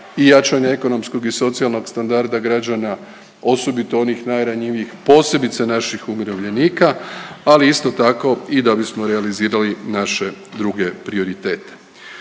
i jačanja ekonomskog i socijalnog standarda građana osobito onih najranjivijih, posebice naših umirovljenika, ali isto tako i da bismo realizirali naše druge prioritete.